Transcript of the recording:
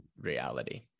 reality